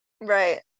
Right